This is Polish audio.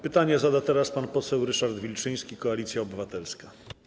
Pytanie zada teraz pan poseł Ryszard Wilczyński, Koalicja Obywatelska.